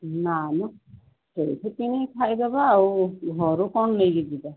ନା ମ ସେଇଠି କିଣିକି ଖାଇଦବା ଆଉ ଘରୁ କ'ଣ ନେଇକି ଯିବା